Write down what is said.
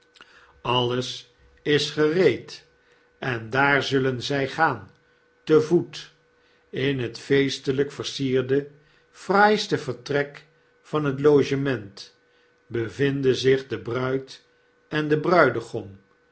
alles is gereed en daar zullen zg gaan te voet in het feesteiyk versierde fraaiste vertrek van het logement bevinden zich de bruid en de bruidegom